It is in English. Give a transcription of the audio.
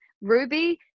Ruby